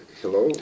hello